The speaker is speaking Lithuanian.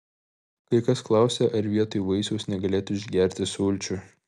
kai kas klausia ar vietoj vaisiaus negalėtų išgerti sulčių